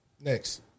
Next